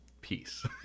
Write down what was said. peace